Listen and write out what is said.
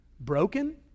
broken